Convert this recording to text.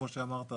כמו שאמרת,